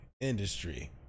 industry